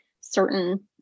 certain